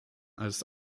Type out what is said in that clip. als